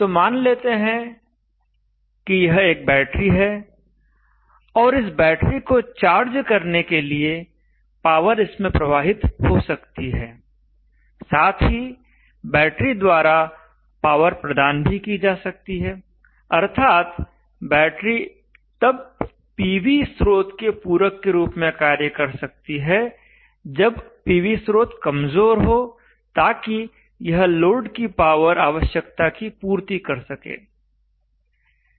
तो मान लेते हैं कि यह एक बैटरी है और इस बैटरी को चार्ज करने के लिए पावर इसमें प्रवाहित हो सकती है साथ ही बैटरी द्वारा पावर प्रदान भी की जा सकती है अर्थात् बैटरी तब पीवी स्रोत के पूरक के रूप में कार्य कर सकती है जब पीवी स्रोत कमजोर हो ताकि यह लोड की पावर आवश्यकता की पूर्ति कर सके